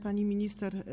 Pani Minister!